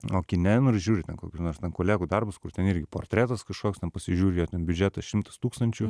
o kine nors žiūri ten kokius nors kolegų darbus kur ten irgi portretas kažkoks ten pasižiūri jo ten biudžetas šimtus tūkstančių